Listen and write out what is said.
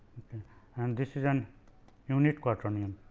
and this is an unit quaternion